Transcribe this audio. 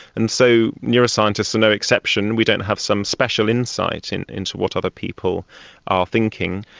and so neuroscientists are no exception, we don't have some special insight and into what other people are thinking.